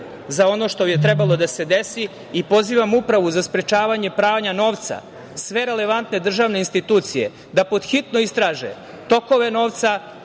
za ono što je trebalo da se desi i pozivam Upravu za sprečavanje pranja novca, sve relevantne državne institucije da pod hitno istraže tokove novca,